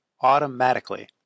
automatically